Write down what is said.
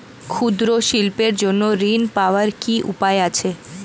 ক্ষুদ্র শিল্পের জন্য ঋণ পাওয়ার কি উপায় আছে?